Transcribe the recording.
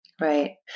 Right